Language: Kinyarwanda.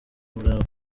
umurava